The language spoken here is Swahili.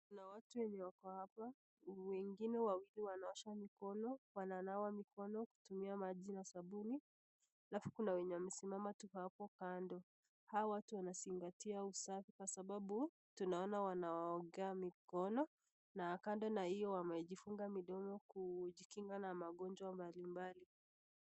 Kuna watu wenye wako hapa, wengine wawili wanaosha mikono kutumia maji na sabuni, alafu kuna wenye wamesimama hapo tu kando, hawa watu wanazingatia usafi kwa sababu tunaona wameoga mikono na kando na hiyo wamejifunga midomo kujikinga na magonjwa mbali mbali.